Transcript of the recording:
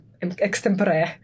extempore